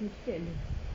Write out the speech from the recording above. sikit sikit ada